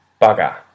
Bugger